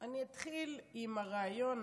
אני אתחיל עם הריאיון,